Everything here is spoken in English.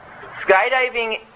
skydiving